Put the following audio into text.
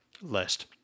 list